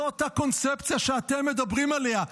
זו אותה קונספציה שאתם מדברים עליה,